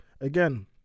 again